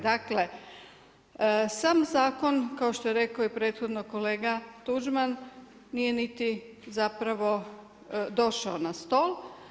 Dakle, sam zakon kao što je rekao prethodno kolega Tuđman, nije niti zapravo došao na stol.